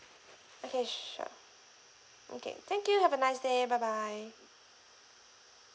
okay sure okay thank you have a nice day bye bye